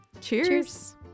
cheers